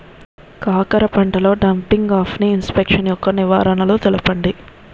కాకర పంటలో డంపింగ్ఆఫ్ని ఇన్ఫెక్షన్ యెక్క నివారణలు తెలపండి?